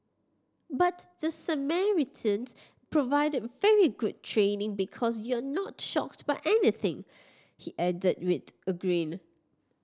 but the Samaritans provided very good training because you're not shocked by anything he adds with a